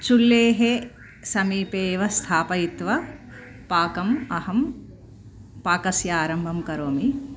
चुल्लेः समीपेव स्थापयित्वा पाकम् अहं पाकस्य आरम्भं करोमि